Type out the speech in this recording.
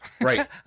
Right